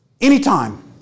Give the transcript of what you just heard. Anytime